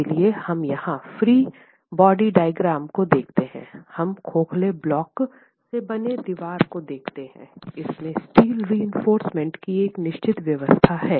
इसलिए हम यहां फ्री बॉडी डायग्राम को देखते हैं हम खोखले ब्लॉक से बने दीवार को देख रहे हैं इसमें स्टील रिइंफोर्समेन्ट की एक निश्चित व्यवस्था है